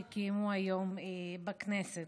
שקיימו היום בכנסת.